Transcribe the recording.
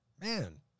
Man